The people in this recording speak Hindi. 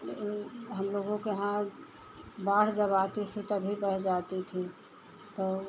हम हमलोगों के यहाँ बाढ़ जब आती थी तभी बह जाती थी तो